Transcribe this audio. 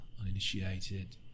uninitiated